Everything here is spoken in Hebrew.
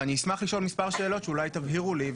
אני אשמח לשאול מספר שאלות שאולי תבהירו לי.